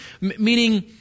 Meaning